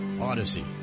Odyssey